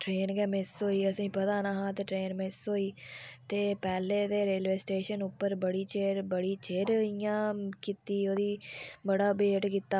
train गै miss होई ही ते असेंगी पता निहां की ट्रेन मिस होई पैह्लें ते रेलवे स्टेशन पर बड़ी चिर बड़ी चिर इंया कीती ओह्दी बड़ा वेट कीता